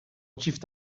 çift